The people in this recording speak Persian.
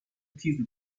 تیزی